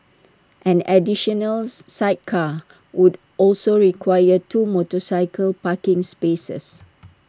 an additional sidecar would also require two motorcycle parking spaces